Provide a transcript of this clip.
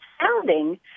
sounding